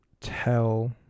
tell